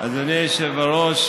אדוני היושב-ראש,